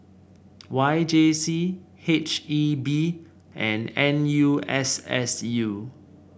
Y J C H E B and N U S S U